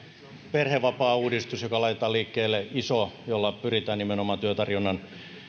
perhevapaauudistus joka laitetaan liikkeelle jolla pyritään nimenomaan työn tarjonnan ja